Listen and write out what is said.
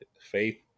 faith